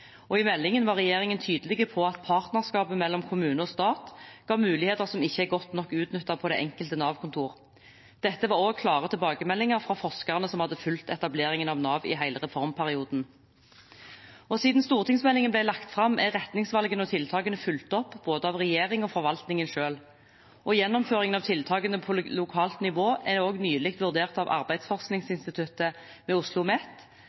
og i meldingen var regjeringen tydelig på at partnerskapet mellom kommune og stat ga muligheter som ikke er godt nok utnyttet på det enkelte Nav-kontor. Dette var også klare tilbakemeldinger fra forskerne som hadde fulgt etableringen av Nav i hele reformperioden. Siden stortingsmeldingen ble lagt frem, er retningsvalgene og tiltakene fulgt opp både av regjeringen og av forvaltningen selv. Gjennomføringen av tiltakene på lokalt nivå er også nylig vurdert av Arbeidsforskningsinstituttet ved Oslo Met,